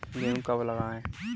गेहूँ कब लगाएँ?